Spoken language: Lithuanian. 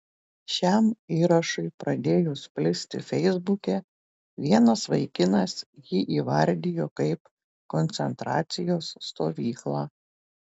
šiam įrašui pradėjus plisti feisbuke vienas vaikinas jį įvardijo kaip koncentracijos stovyklą